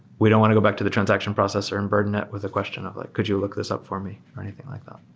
we don't want to go back to the transaction process or and burden it with a question of like, could you look this up for me? or anything like that.